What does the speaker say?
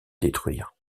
détruire